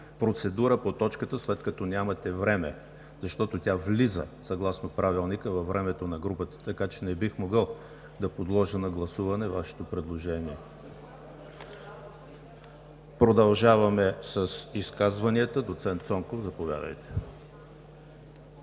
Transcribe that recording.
процедура по точката, след като нямате време, защото съгласно Правилника тя влиза във времето на групата, така че не бих могъл да подложа на гласуване Вашето предложение. Продължаваме с изказванията. Доцент Цонков, заповядайте.